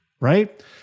Right